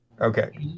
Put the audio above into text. Okay